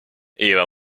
era